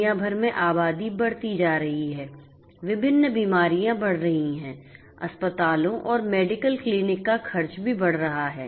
दुनिया भर में आबादी बढ़ती जा रही है विभिन्न बीमारियां बढ़ रही हैं अस्पतालों और मेडिकल क्लिनिक का खर्च भी बढ़ रहा है